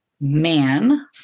man